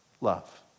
love